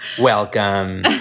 Welcome